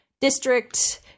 district